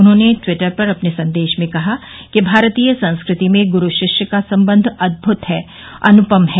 उन्होंने ट्वीटर पर अपने संदेश में कहा कि भारतीय संस्कृति में गुरू रिष्य का संबंध अद्भुत है अनुपम है